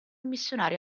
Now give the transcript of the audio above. missionario